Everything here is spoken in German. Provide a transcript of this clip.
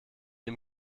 ihm